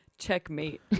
Checkmate